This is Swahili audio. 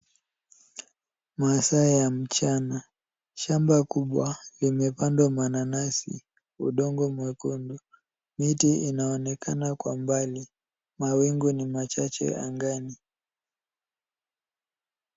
Masaa ya mchana. Shamba kubwa limepandwa mananasi. Udongo mwekundu. Miti inaonekana kwa mbali. Mawingu ni machache angani.